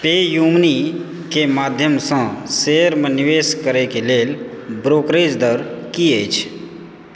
पे U money के माध्यमसँ शेयरमे निवेश करैक लेल ब्रोकरेज दर की अछि